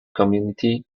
community